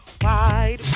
wide